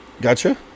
gotcha